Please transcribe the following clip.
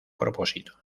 propósito